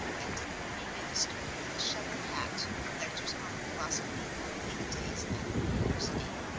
and a gloomy minister with a shovel hat who lectures on philosophy on week-days at the university.